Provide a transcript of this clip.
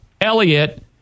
Elliot